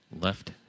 left